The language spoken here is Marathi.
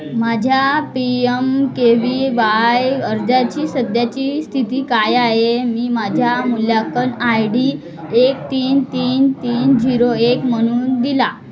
माझ्या P M K V Y अर्जाची सध्याची स्थिती काय आहे मी माझ्या मूल्यांकन आय डी एक तीन तीन तीन झिरो एक म्हणून दिला